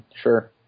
Sure